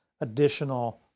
additional